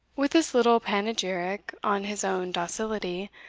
with this little panegyric on his own docility,